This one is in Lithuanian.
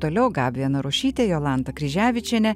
toliau gabija narušytė jolanta kryževičienė